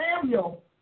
Samuel